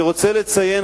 אני רוצה לציין,